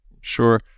sure